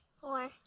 Four